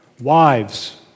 wives